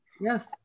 Yes